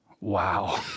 Wow